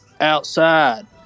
Outside